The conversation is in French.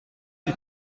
qui